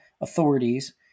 authorities